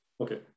Okay